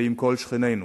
ועם כל שכנינו.